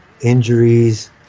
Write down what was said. injuries